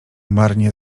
marnie